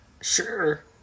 Sure